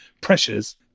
pressures